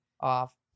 off